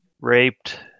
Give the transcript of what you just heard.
raped